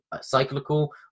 cyclical